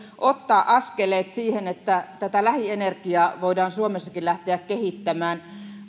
ottaa askeleet siihen että lähienergiaa voidaan suomessakin lähteä kehittämään